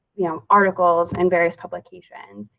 you know, articles and various publications.